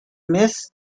miss